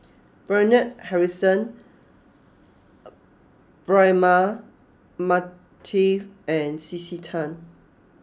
Bernard Harrison Braema Mathi and C C Tan